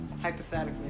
hypothetically